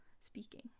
speaking